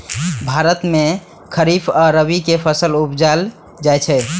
भारत मे खरीफ आ रबी के फसल उपजाएल जाइ छै